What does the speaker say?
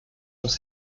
façon